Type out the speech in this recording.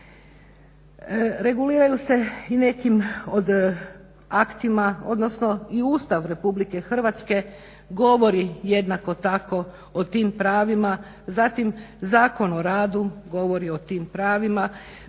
Reguliraju se i nekim od aktima, odnosno i Ustav RH govori jednako tako o tim pravima. Zatim, Zakon o radu govori o tim pravima,